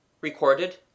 Recorded